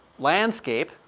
landscape